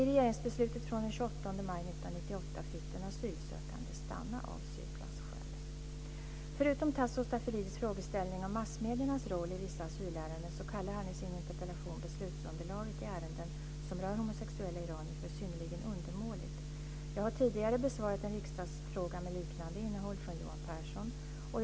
I regeringsbeslutet från den 28 maj 1998 fick den asylsökande stanna av sur place-skäl. Förutom Tasso Stafilidis frågeställning om massmediernas roll i vissa asylärenden så kallar han i sin interpellation beslutsunderlaget i ärenden som rör homosexuella iranier för synnerligen undermåligt. Jag har tidigare besvarat en riksdagsfråga med liknande innehåll, 1999/2000:1333, från Johan Pehrson.